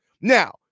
Now